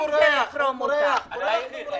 מי שנותן את חובו לחברה מקבל זכויות, מי שלא